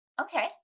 Okay